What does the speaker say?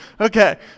Okay